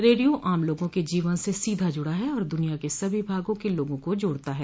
radio आम लोगों के जीवन से सीधा जुड़ा है और दुनिया के सभी भागों के लोगों को जाड़ता है